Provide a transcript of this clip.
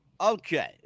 Okay